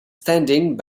standing